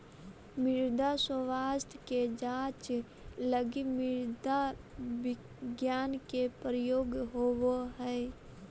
मृदा स्वास्थ्य के जांच लगी मृदा विज्ञान के प्रयोग होवऽ हइ